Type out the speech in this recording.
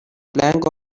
plank